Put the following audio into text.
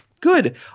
good